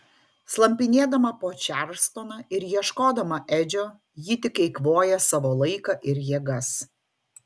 slampinėdama po čarlstoną ir ieškodama edžio ji tik eikvoja savo laiką ir jėgas